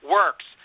works